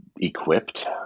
equipped